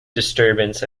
disturbance